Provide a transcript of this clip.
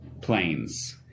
planes